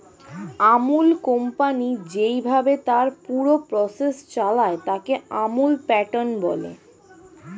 আমূল company যেইভাবে তার পুরো প্রসেস চালায়, তাকে আমূল প্যাটার্ন বলে